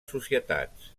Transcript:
societats